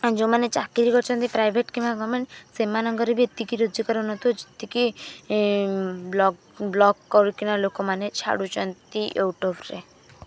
ଯେଉଁମାନେ ଚାକିରି କରିଛନ୍ତି ପ୍ରାଇଭେଟ୍ କିମ୍ବା ଗଭର୍ଣ୍ଣମେଣ୍ଟ ସେମାନଙ୍କର ବି ଏତିକି ରୋଜଗାର ନଥିବ ଯେତିକି ବ୍ଲଗ୍ ବ୍ଲଗ୍ କରିକିନା ଲୋକମାନେ ଛାଡ଼ୁଛନ୍ତି ୟୁଟ୍ୟୁବରେ